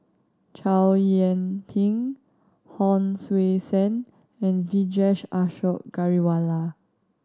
Chow Yian Ping Hon Sui Sen and Vijesh Ashok Ghariwala